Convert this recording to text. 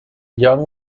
young